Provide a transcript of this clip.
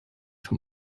vom